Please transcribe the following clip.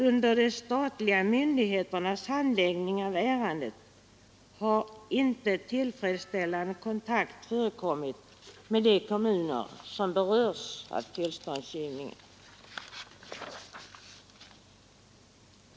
Under de statliga myndigheternas handläggning av ärendet har inte tillfredsställande kontakt förekommit med de kommuner som berörs av tillståndsgivningen.